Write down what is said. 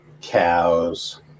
cows